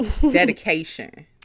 Dedication